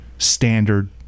Standard